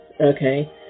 Okay